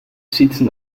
sitzen